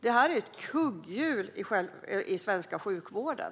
Det är ett kugghjul i den svenska sjukvården.